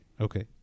Okay